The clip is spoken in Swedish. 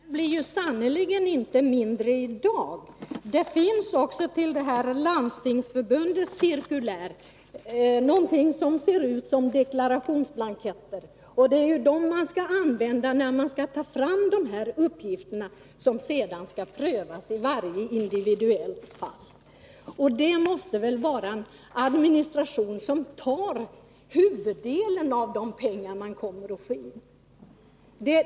Herr talman! Den blir sannerligen inte mindre än i dag. Det är till Landstingsförbundets cirkulär fogat något som ser ut som deklarationsblanketter, och det är dem som man skall använda när man skall ta fram de uppgifter som skall prövas i varje individuellt fall. Denna administrativa omgång måste väl ta i anspråk huvuddelen av de pengar som man kommer att få in.